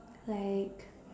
like